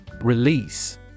Release